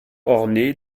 orné